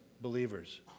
believers